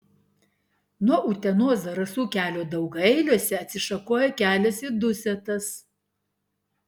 nuo utenos zarasų kelio daugailiuose atsišakoja kelias į dusetas